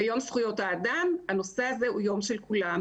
ויום זכויות האדם, הנושא הזה הוא יום של כולם.